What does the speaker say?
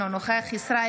אינו נוכח חיים כץ,